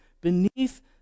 beneath